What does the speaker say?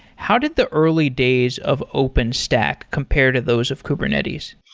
how did the early days of openstack compare to those of kubernetes?